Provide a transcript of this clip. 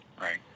Right